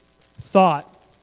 thought